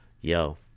Yo